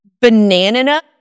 banana